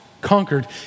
conquered